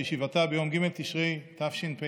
בישיבתה ביום ג' בתשרי התשפ"ב,